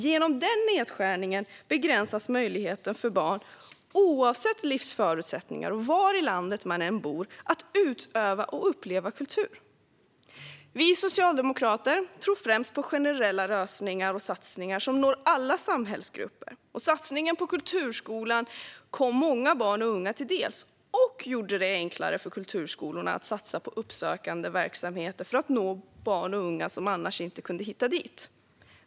Genom den nedskärningen begränsas möjligheten för barn, oavsett deras livsförutsättningar och oavsett var i landet de bor, att utöva och uppleva kultur. Vi socialdemokrater tror främst på generella lösningar och satsningar som når alla samhällsgrupper. Satsningen på kulturskolan kom många barn och unga till del och gjorde det enklare för kulturskolorna att satsa på uppsökande verksamheter för att nå barn och unga som annars inte skulle hitta dit.